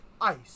ice